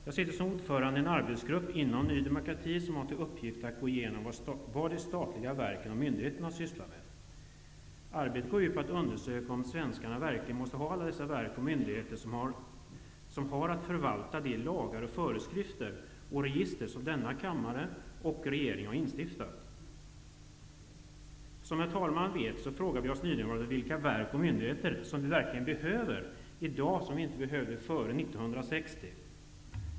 Jag sitter som ordförande i en arbetsgrupp inom Ny demokrati som har till uppgift att gå igenom vad de statliga verken och myndigheterna sysslar med. Arbetet går ut på att undersöka om svenskarna måste ha alla dessa verk och myndigheter som har att förvalta de lagar, föreskrifter och register som denna kammare och regeringen har instiftat. Som herr talmannen vet frågar vi nydemokrater oss vilka verk och myndigheter vi verkligen behöver i dag, som vi inte behövde före 1960.